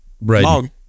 Right